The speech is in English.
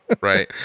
Right